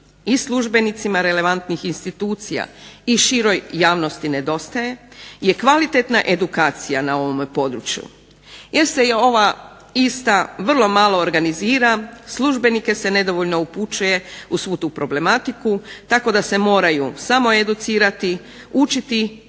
i službenicima i relevantnih institucija i široj javnosti nedostaje je kvalitetna edukacija n ovome području. Jer se ova ista vrlo malo organizira, službenike se nedovoljno upućuje u svu tu problematiku tako da se moraju samo educirati, učiti